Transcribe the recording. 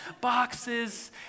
boxes